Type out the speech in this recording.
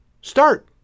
Start